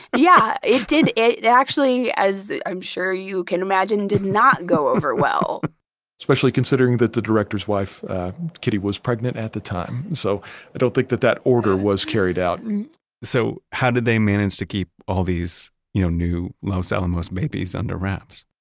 yeah it actually, as i'm sure you can imagine, did not go over well especially considering that the director's wife kitty was pregnant at the time. so i don't think that that order was carried out so how did they manage to keep all these you know new los alamos babies under wraps?